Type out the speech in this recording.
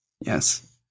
Yes